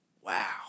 wow